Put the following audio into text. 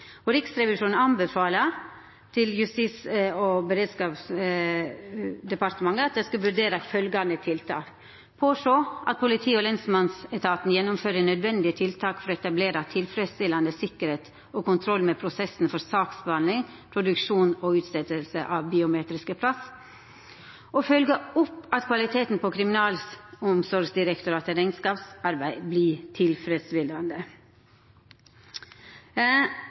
Riksrevisjonen anbefaler at Justis- og beredskapsdepartementet vurderer følgjande tiltak: «– påse at politi- og lensmannsetaten gjennomfører nødvendige tiltak for å etablere tilfredsstillende sikkerhet og kontroll med prosessen for saksbehandling, produksjon og utstedelse av biometriske pass – følge opp at kvaliteten på Kriminalomsorgsdirektoratets regnskapsarbeid blir tilfredsstillende»